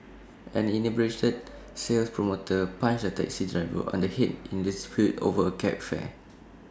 an inebriated sales promoter punched A taxi driver on the Head in A dispute over cab fare